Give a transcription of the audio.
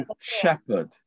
shepherd